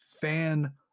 fan